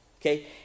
Okay